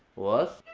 was.